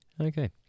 Okay